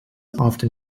often